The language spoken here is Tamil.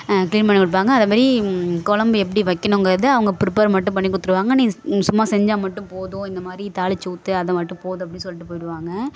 க்ளீன் பண்ணி கொடுப்பாங்க அது மாரி கொழம்பு எப்படி வைக்கணுங்கிறதை அவங்க ப்ரிப்பேர் மட்டும் பண்ணி கொடுத்துருவாங்க நீ சும்மா செஞ்சால் மட்டும் போதும் இந்த மாதிரி தாளித்து ஊற்று அது மட்டும் போதும் அப்படின்னு சொல்லிட்டு போய்விடுவாங்க